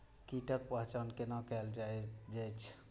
कीटक पहचान कैना कायल जैछ?